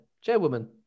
chairwoman